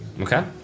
Okay